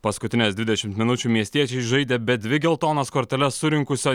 paskutines dvidešimt minučių miestiečiai žaidė be dvi geltonas korteles surinkusio